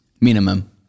Minimum